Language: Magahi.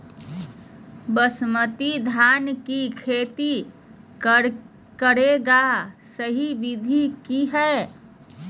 बासमती धान के खेती करेगा सही विधि की हय?